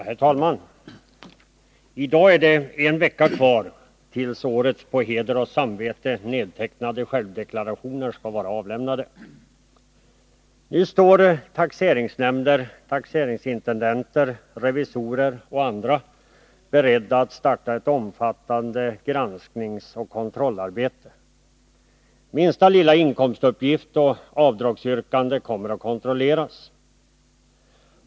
Herr talman! I dag är det en vecka kvar tills årets på heder och samvete nedtecknade självdeklarationer skall vara inlämnade. Nu står taxeringsnämnder, taxeringsintendenter, revisorer och andra beredda att starta ett omfattande granskningsoch kontrollarbete. Minsta lilla inkomstuppgift och avdragsyrkande kommer att kontrolleras.